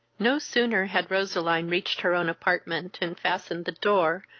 no sooner had roseline reached her own apartment, and fastened the door,